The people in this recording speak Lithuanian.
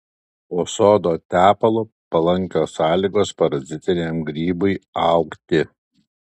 po sodo tepalu palankios sąlygos parazitiniam grybui augti